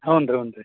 ಹ್ಞೂ ರೀ ಹ್ಞೂ ರೀ